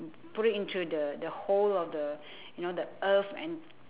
put it into the the hole of the you know the earth and